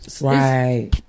Right